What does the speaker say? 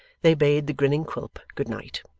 they bade the grinning quilp good night.